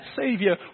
Savior